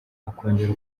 akongera